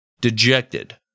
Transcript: Dejected